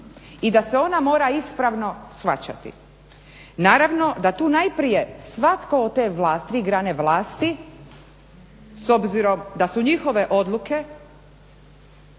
i da se ona mora ispravno shvaćati. Naravno da tu najprije svatko od te tri grane vlasti s obzirom da su njihove odluke